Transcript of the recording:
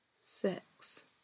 six